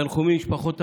תנחומים למשפחות ההרוגים.